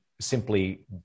simply